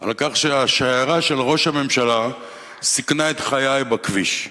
על כך שהשיירה של ראש הממשלה סיכנה את חיי בכביש.